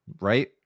Right